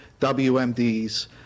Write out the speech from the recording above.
wmds